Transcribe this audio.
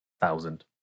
thousand